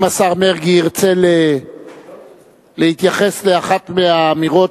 אם השר מרגי ירצה להתייחס לאחת האמירות